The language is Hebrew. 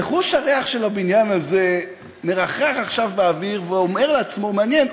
וחוש הריח של הבניין הזה מרחרח עכשיו באוויר ואומר לעצמו: מעניין,